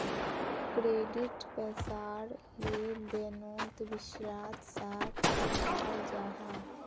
credit पैसार लें देनोत विश्वास सा दखाल जाहा